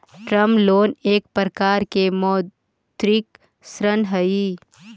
term loan एक प्रकार के मौदृक ऋण हई